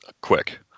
quick